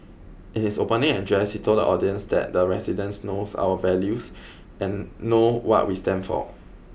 in his opening address he told the audience that the residents knows our values and know what we stand for